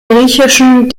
griechischen